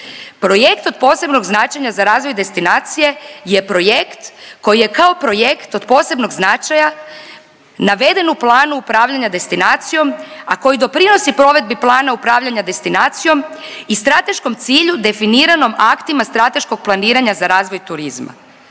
Projekt od posebnog značenja za razvoj destinacije je projekt koji je kao projekt od posebnog značaja naveden u planu upravljanja destinacijom, a koji doprinosi provedbi plana upravljanja destinacijom i strateškom cilju definiranom aktima strateškog planiranja za razvoj turizma.